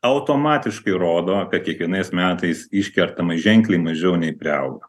automatiškai rodo kad kiekvienais metais iškertama ženkliai mažiau nei priauga